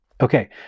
Okay